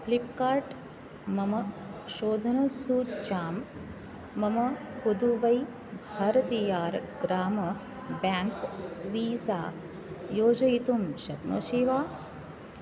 Flipkart मम शोधनसूच्यां मम पुदुवै भारतियार् ग्राम बेङ्क् वीसा योजयितुं शक्नोषि वा